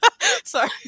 Sorry